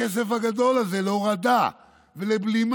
הכסף הגדול הזה, להורדה ולבלימה